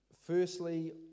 firstly